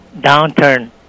downturn